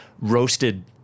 roasted